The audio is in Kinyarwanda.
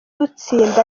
gutsinda